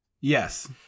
Yes